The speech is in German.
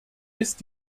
ist